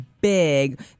big